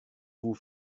vous